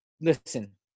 listen